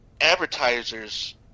advertisers